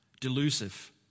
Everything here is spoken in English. delusive